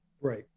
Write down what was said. right